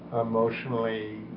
emotionally